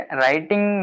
writing